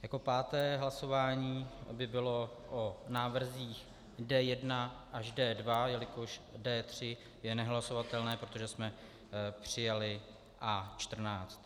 Jako páté hlasování by bylo o návrzích D1 až D2, jelikož D3 je nehlasovatelné, protože jsme přijali A14.